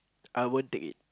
I won't take it